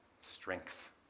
strength